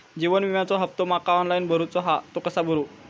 जीवन विम्याचो हफ्तो माका ऑनलाइन भरूचो हा तो कसो भरू?